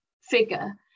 figure